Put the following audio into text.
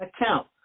account